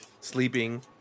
sleeping